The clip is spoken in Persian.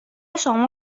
شما